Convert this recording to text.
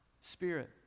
Spirit